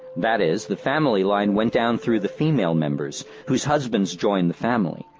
that is, the family line went down through the female members, whose husbands joined the family,